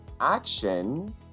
action